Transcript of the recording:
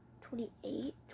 twenty-eight